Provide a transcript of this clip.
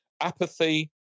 apathy